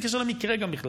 גם בלי קשר למקרה בכלל: